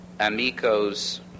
Amico's